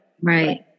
Right